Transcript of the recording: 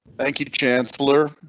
thank you chancellor.